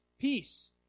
peace